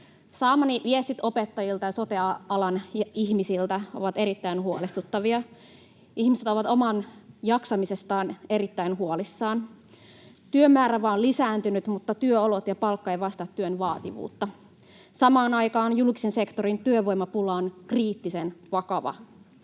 Saamani viestit opettajilta ja sote-alan ihmisiltä ovat erittäin huolestuttavia. Ihmiset ovat omasta jaksamisestaan erittäin huolissaan. Työmäärä on vain lisääntynyt, mutta työolot ja palkka eivät vastaa työn vaativuutta. Samaan aikaan julkisen sektorin työvoimapula on kriittisen vakava.